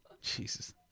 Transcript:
Jesus